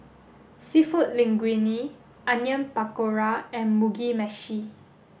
Seafood Linguine Onion Pakora and Mugi Meshi